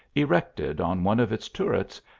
erected on one of its turrets,